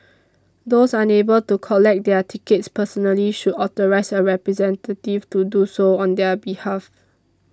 those unable to collect their tickets personally should authorise a representative to do so on their behalf